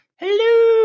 Hello